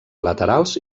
laterals